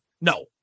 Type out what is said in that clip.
No